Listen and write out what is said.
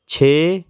ਛੇ